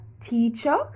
teacher